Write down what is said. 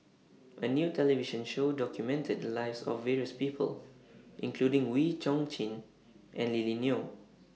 A New television Show documented The Lives of various People including Wee Chong Jin and Lily Neo